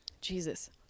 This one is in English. Jesus